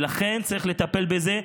ולכן צריך לטפל בזה,